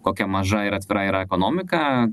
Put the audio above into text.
kokia maža ir atvira yra ekonomika